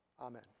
Amen